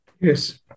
Yes